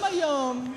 זה